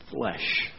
flesh